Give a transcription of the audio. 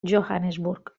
johannesburg